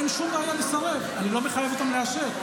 אין שום בעיה לסרב, אני לא מחייב אותם לאשר.